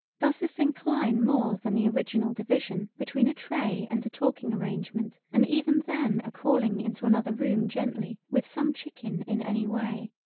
does this incline more than the original division between a tray and a talking arrangement and even then a calling into another room gently with some chicken in any way.